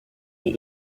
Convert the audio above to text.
die